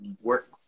work